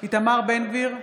איתמר בן גביר,